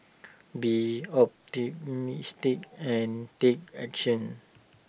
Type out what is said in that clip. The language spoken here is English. be optimistic and take action